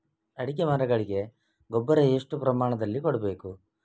ಅಡಿಕೆ ಮರಗಳಿಗೆ ಗೊಬ್ಬರ ಎಷ್ಟು ಪ್ರಮಾಣದಲ್ಲಿ ಕೊಡಬೇಕು?